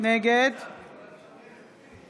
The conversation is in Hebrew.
נגד